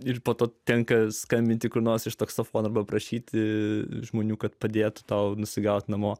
ir po to tenka skambinti kur nors iš taksofono arba prašyti žmonių kad padėtų tau nusigauti namo